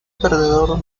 perdedor